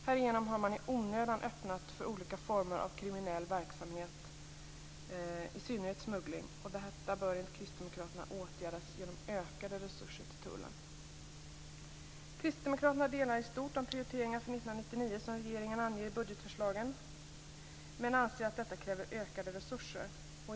Härigenom har man i onödan öppnat för olika former av kriminell verksamhet, i synnerhet smuggling. Detta bör enligt Kristdemokraterna åtgärdas genom ökade resurser till tullen. Kristdemokraterna delar i stort även de prioriteringar för 1999 som regeringen anger i budgetförslaget, men anser att detta kräver ökade resurser.